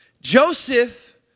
Joseph